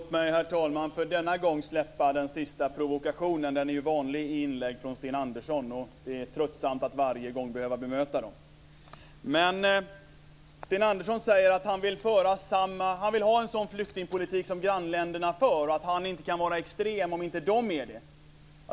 Herr talman! Låt mig för denna gång släppa den sistnämnda provokationen. Den är ju vanlig i inlägg från Sten Andersson, och det är tröttsamt att varje gång behöva bemöta den. Sten Andersson säger att han vill ha en sådan flyktingpolitik som grannländerna för och att han inte kan vara extrem om inte de är det.